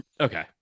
Okay